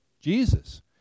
Jesus